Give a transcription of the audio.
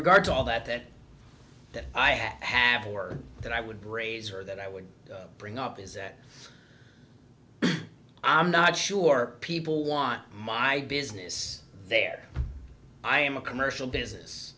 regard to all that that that i have happen or that i would braze or that i would bring up is that i'm not sure people want my business there i am a commercial business